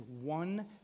one